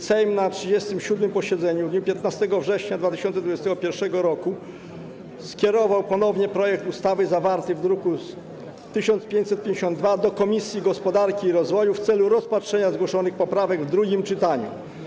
Sejm na 37. posiedzeniu w dniu 15 września 2021 r. skierował ponownie projekt ustawy zawarty w druku nr 1552 do Komisji Gospodarki i Rozwoju w celu rozpatrzenia zgłoszonych poprawek w drugim czytaniu.